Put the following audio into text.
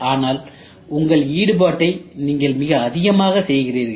ஆனால் உங்கள் ஈடுபாட்டை நீங்கள் மிக அதிகமாக செய்கிறீர்கள்